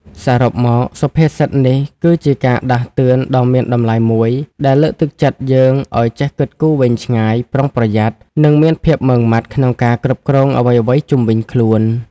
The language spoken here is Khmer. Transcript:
សរុបមកសុភាសិតនេះគឺជាការដាស់តឿនដ៏មានតម្លៃមួយដែលលើកទឹកចិត្តយើងឱ្យ ចេះគិតគូរវែងឆ្ងាយ ប្រុងប្រយ័ត្ន និងមានភាពម៉ឺងម៉ាត់ក្នុងការគ្រប់គ្រងអ្វីៗជុំវិញខ្លួន ។